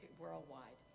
worldwide